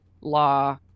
law